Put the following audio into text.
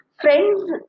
friends